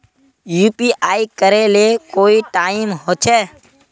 UPI करे ले कोई टाइम होचे?